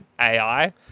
AI